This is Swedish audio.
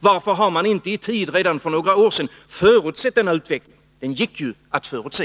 Varför har man inte i tid, redan för några år sedan, förutsett denna utveckling? — den gick ju att förutse.